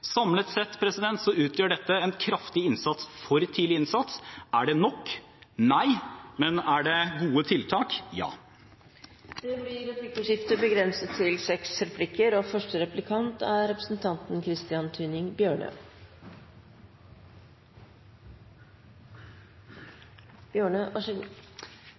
utgjør dette en kraftig innsats for tidlig innsats. Er det nok? Nei. Men er det gode tiltak? Ja. Det blir replikkordskifte.